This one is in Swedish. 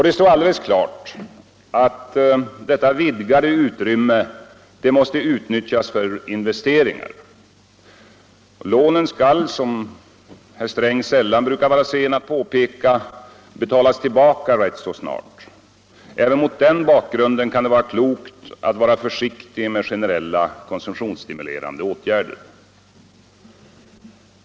Det står alldeles klart att detta vidgade utrymme måste utnyttjas för investeringar. Lånen skall, som herr Sträng sällan brukar vara sen att påpeka, betalas tillbaka rätt snart. Även mot den bakgrunden kan det vara klokt att vara försiktig med generella konsumtionsstimulerande åtgärder.